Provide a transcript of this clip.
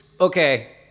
okay